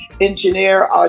engineer